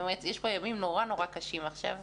יש פה ימים נורא קשים עכשיו,